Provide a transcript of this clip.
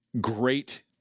great